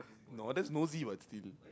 no that's nosy [what] still